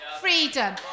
freedom